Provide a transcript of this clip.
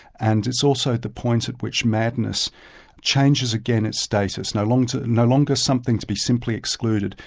and it's also the point at which madness changes again its status. no longer no longer something to be simply excluded,